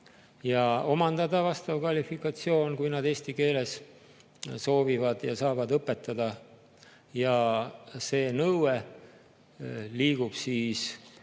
ja omandada vastav kvalifikatsioon, kui nad eesti keeles soovivad ja saavad õpetada. Ja see nõue liigub siis